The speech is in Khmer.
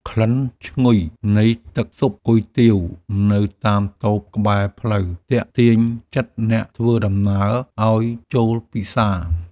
ក្លិនឈ្ងុយនៃទឹកស៊ុបគុយទាវនៅតាមតូបក្បែរផ្លូវ ទាក់ទាញចិត្តអ្នកធ្វើដំណើរឱ្យចូលពិសា។